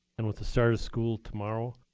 and with the start of school tomorrow,